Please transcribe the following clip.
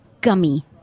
gummy